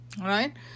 right